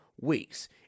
weeks